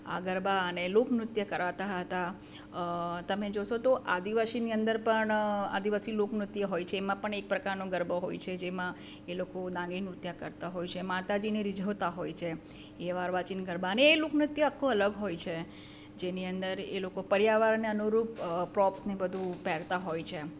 આ ગરબા અને લોકનૃત્ય કરાતા હતા તમે જોશો તો આદિવાસીની અંદર પણ આદિવાસી લોકનૃત્ય હોય છે એમાં પણ એક પ્રકારનો ગરબો હોય છે જેમાં એ લોકો દાંગે નૃત્ય કરતા હોય છે માતાજીને રિઝવતા હોય છે એમ એવા અર્વાચીન ગરબાને લોકનૃત્ય આખો અલગ હોય છે જેની અંદર એ લોકો પર્યાવરણને અનુરૂપ પ્રોપ્સને બધુ પહેરતા હોય છે એમ